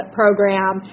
program